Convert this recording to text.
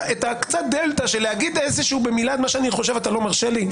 קצת הדלתא של להגיד במילה את מה שאני חושב אתה לא מרשה לי?